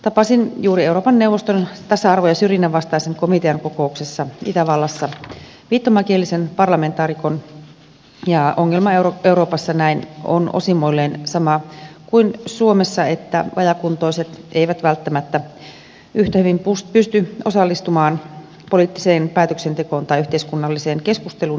tapasin juuri euroopan neuvoston tasa arvon ja syrjinnän vastaisen komitean kokouksessa itävallassa viittomakielisen parlamentaarikon ja ongelma euroopassa on osimmoilleen sama kuin suomessa että vajaakuntoiset eivät välttämättä yhtä hyvin pysty osallistumaan poliittiseen päätöksentekoon tai yhteiskunnalliseen keskusteluun